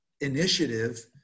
initiative